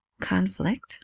conflict